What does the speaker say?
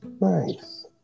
Nice